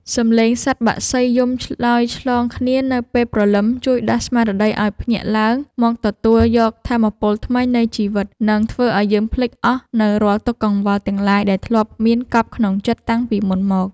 សំឡេងសត្វបក្សីយំឆ្លើយឆ្លងគ្នានៅពេលព្រលឹមជួយដាស់ស្មារតីឱ្យភ្ញាក់ឡើងមកទទួលយកថាមពលថ្មីនៃជីវិត និង ធ្វើឱ្យយើងភ្លេចអស់នូវរាល់ទុក្ខកង្វល់ទាំងឡាយដែលធ្លាប់មានកប់ក្នុងចិត្តតាំងពីមុនមក។